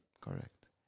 Correct